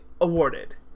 awarded